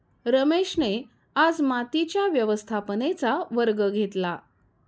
रमेशने आज मातीच्या व्यवस्थापनेचा वर्ग घेतला